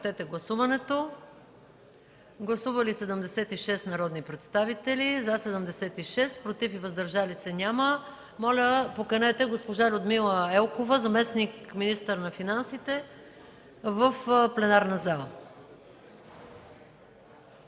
Корнелия Нинова. Гласували 76 народни представители: за 76, против и въздържали се няма. Моля да поканите госпожа Людмила Елкова – заместник-министър на финансите, в пленарната зала.